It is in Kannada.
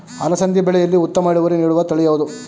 ಅಲಸಂದಿ ಬೆಳೆಯಲ್ಲಿ ಉತ್ತಮ ಇಳುವರಿ ನೀಡುವ ತಳಿ ಯಾವುದು?